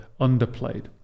underplayed